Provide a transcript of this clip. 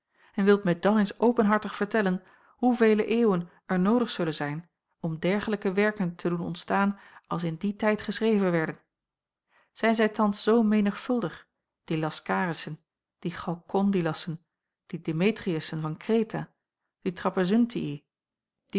en wilt mij dan eens openhartig vertellen hoevele eeuwen er noodig zullen zijn om dergelijke werken te doen ontstaan als in dien tijd geschreven werden zijn zij thans zoo menigvuldig die laskarissen die chalkondylassen die demetriussen van